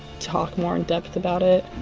talk more in-depth about it.